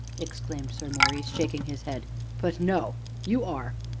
exclaimed sir maurice, shaking his head but no you are,